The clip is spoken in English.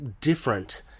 different